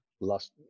last